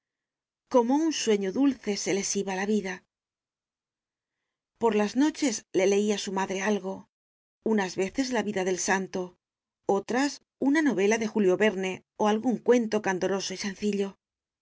como un sueño dulce se les iba la vida por las noches le leía su madre algo unas veces la vida del santo otras una novela de julio verne o algún cuento candoroso y sencillo